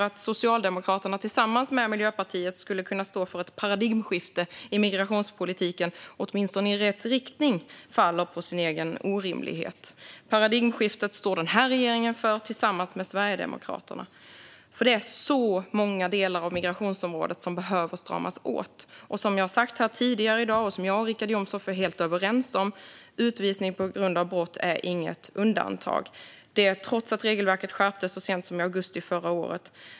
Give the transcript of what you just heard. Att Socialdemokraterna tillsammans med Miljöpartiet skulle kunna stå för ett paradigmskifte i migrationspolitiken - åtminstone ett som går i rätt riktning - faller på sin egen orimlighet. Det är denna regering som tillsammans med Sverigedemokraterna står för ett paradigmskifte. Det finns väldigt många delar av migrationsområdet som behöver stramas åt. Som jag har sagt här tidigare i dag är utvisning på grund av brott inget undantag, och det är jag och Richard Jomshof helt överens om, trots att regelverket skärptes så sent som i augusti förra året.